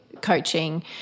coaching